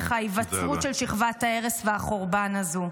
ההיווצרות של שכבת ההרס והחורבן הזו,